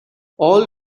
all